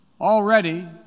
Already